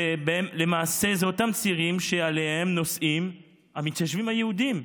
ולמעשה אלה אותם צירים שעליהם נוסעים המתיישבים היהודים.